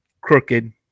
crooked